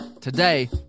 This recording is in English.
today